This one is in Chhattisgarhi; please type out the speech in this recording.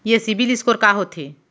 ये सिबील स्कोर का होथे?